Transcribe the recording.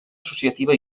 associativa